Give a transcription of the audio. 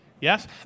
Yes